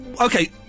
okay